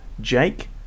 Jake